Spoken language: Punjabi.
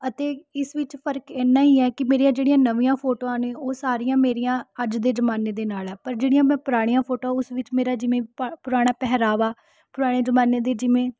ਅਤੇ ਇਸ ਵਿੱਚ ਫ਼ਰਕ ਇੰਨਾਂ ਹੀ ਹੈ ਕਿ ਮੇਰੀਆਂ ਜਿਹੜੀਆਂ ਨਵੀਆਂ ਫੋਟੋਆਂ ਨੇ ਉਹ ਸਾਰੀਆਂ ਮੇਰੀਆਂ ਅੱਜ ਦੇ ਜ਼ਮਾਨੇ ਦੇ ਨਾਲ ਆ ਪਰ ਜਿਹੜੀਆਂ ਮੈਂ ਪੁਰਾਣੀਆਂ ਫੋਟੋਆਂ ਉਸ ਵਿੱਚ ਮੇਰਾ ਜਿਵੇਂ ਪ ਪੁਰਾਣਾ ਪਹਿਰਾਵਾ ਪੁਰਾਣੇ ਜ਼ਮਾਨੇ ਦੇ ਜਿਵੇਂ